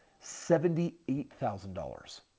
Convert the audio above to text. seventy eight thousand dollars.